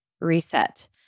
reset